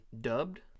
dubbed